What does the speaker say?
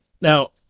now